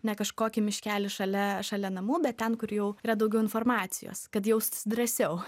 ne kažkokį miškelį šalia šalia namų bet ten kur jau yra daugiau informacijos kad jaustis drąsiau